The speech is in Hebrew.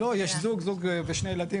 לא, יש זוג, זוג עם שני ילדים.